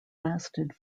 lasted